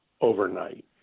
overnight